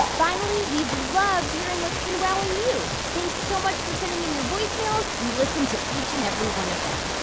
finally, we loved hearing what's been wowing you. thanks so much for sending in your voicemails. we listen to each and every one of them.